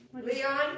Leon